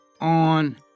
on